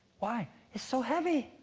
why? it's so heavy!